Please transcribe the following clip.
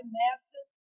massive